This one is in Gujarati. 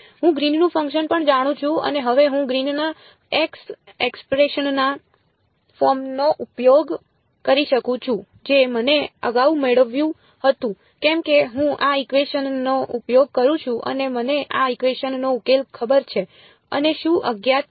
હું ગ્રીનનું ફંક્શન પણ જાણું છું અને હવે હું ગ્રીનના એક્સ એક્સપ્રેશનના બંધ ફોર્મ નો ઉપયોગ કરી શકું છું જે મેં અગાઉ મેળવ્યું હતું કેમ કે હું આ ઇકવેશન નો ઉપયોગ કરું છું અને મને આ ઇકવેશન નો ઉકેલ ખબર છે અને શું અજ્ઞાત છે